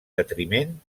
detriment